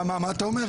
מה אתה אומר?